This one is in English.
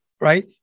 Right